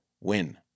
win